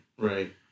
Right